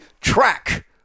track